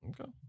okay